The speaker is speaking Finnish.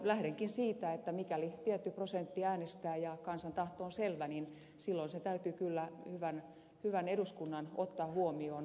lähdenkin siitä että mikäli tietty prosentti äänestää ja kansan tahto on selvä niin silloin se täytyy kyllä hyvän eduskunnan ottaa huomioon